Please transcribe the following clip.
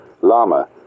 Lama